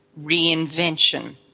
reinvention